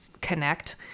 connect